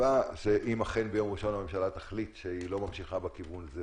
ואם אכן ביום ראשון הממשלה תחליט שהיא לא ממשיכה בכיוון הזה,